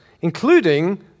including